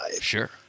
Sure